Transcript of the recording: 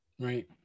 Right